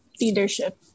leadership